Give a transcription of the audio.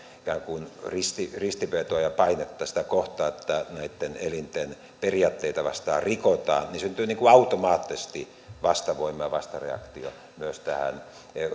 ikään kuin ristivetoa ristivetoa ja painetta sitä kohtaan että näitten elinten periaatteita vastaan rikotaan niin syntyy automaattisesti vastavoima ja vastareaktio myös tähän